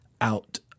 out